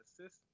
assist